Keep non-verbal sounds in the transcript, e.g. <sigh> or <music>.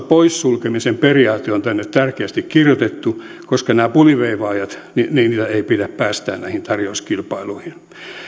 <unintelligible> pois sulkemisen periaate on tänne tärkeästi kirjoitettu koska näitä puliveivaajia ei pidä päästää näihin tarjouskilpailuihin